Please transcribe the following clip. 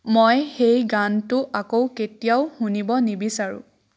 মই সেই গানটো আকৌ কেতিয়াও শুনিব নিবিচাৰোঁ